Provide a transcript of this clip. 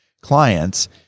clients